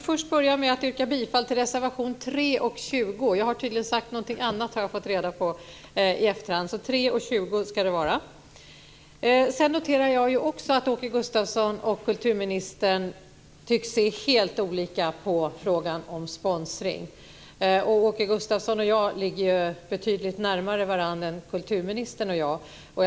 Fru talman! Jag börjar med att yrka bifall till reservationerna 3 och 20. Jag har tydligen sagt någonting annat, har jag fått reda på i efterhand. Jag noterar sedan att Åke Gustavsson och kulturministern tycks se helt olika på frågan om sponsring. Åke Gustavsson och jag står betydligt närmare varandra än kulturministern och jag gör.